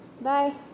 Bye